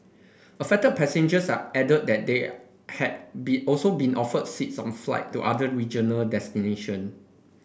affected passengers are added that they had be also been offered seats on flight to other regional destination